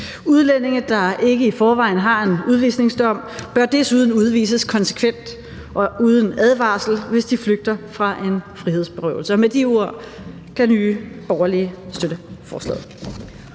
Udlændinge, der ikke i forvejen har en udvisningsdom, bør desuden udvises konsekvent og uden advarsel, hvis de flygter fra en frihedsberøvelse. Med de ord kan Nye Borgerlige støtte forslaget.